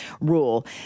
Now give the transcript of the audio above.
rule